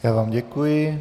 Já vám děkuji.